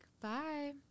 bye